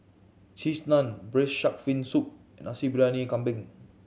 Cheese Naan Braised Shark Fin Soup and Nasi Briyani Kambing